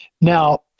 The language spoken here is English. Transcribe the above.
Now